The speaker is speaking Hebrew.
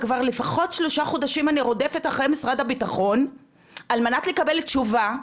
כבר לפחות שלושה חודשים אני רודפת אחרי משרד הביטחון על מנת לקבל תשובה.